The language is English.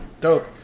Dope